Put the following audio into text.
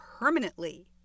permanently